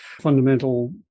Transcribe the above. fundamental